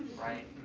right.